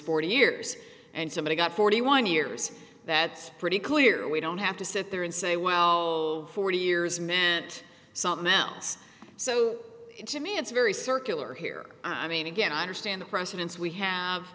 forty years and somebody's got forty one years that's pretty clear we don't have to sit there and say well forty years meant something else so to me it's very circular here i mean again i understand the precedence we